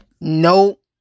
nope